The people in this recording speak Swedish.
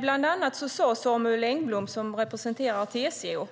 Bland annat sade Samuel Engblom, som representerar TCO,